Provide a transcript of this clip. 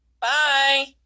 Bye